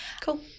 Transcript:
Cool